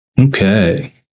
Okay